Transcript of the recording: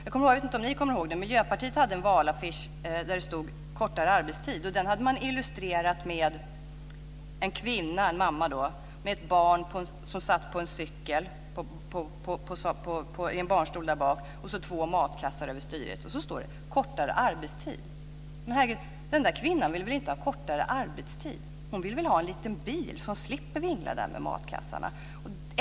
Jag vet inte om ni kommer ihåg det, men Miljöpartiet hade en valaffisch där det stod "Kortare arbetstid!". Den hade man illustrerat med en kvinna, en mamma, med ett barn som satt i en barnstol på en cykel och två matkassar över styret. Så stod det "Kortare arbetstid!". Men herre gud, den kvinnan vill väl inte ha kortare arbetstid, hon vill väl ha en liten bil så att hon slipper vingla med matkassarna.